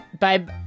Babe